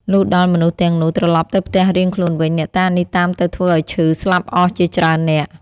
លុះដល់មនុស្សទាំងនោះ ត្រឡប់ទៅផ្ទះរៀងខ្លួនវិញ អ្នកតានេះតាមទៅធ្វើឲ្យឈឺ ស្លាប់អស់ជាច្រើននាក់ ។